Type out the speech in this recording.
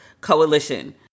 Coalition